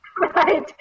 Right